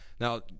Now